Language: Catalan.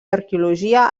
arqueologia